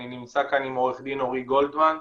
אני נמצא כאן עם עורך דין אורי גולדמן,